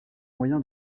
moyen